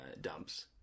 dumps